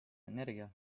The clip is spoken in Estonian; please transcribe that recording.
energia